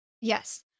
Yes